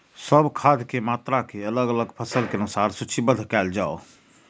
सब खाद के मात्रा के अलग अलग फसल के अनुसार सूचीबद्ध कायल जाओ?